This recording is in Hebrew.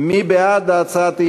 מי בעד הצעת האי-אמון?